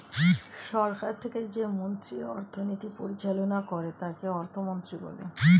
সরকার থেকে যে মন্ত্রী অর্থনীতি পরিচালনা করে তাকে অর্থমন্ত্রী বলে